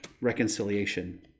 reconciliation